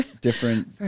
different